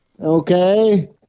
Okay